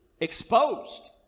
exposed